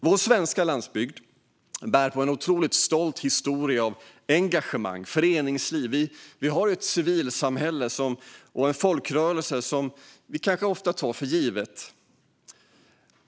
Vår svenska landsbygd bär på en otroligt stolt historia av engagemang och föreningsliv. Vi har ett civilsamhälle och en folkrörelse som vi kanske ofta tar för givna.